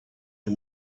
the